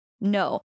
No